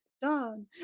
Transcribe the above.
done